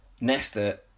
Nesta